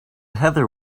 heather